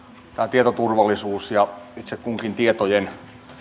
tietoturvallisuuden ja itse kunkin tietojen